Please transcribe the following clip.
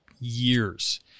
years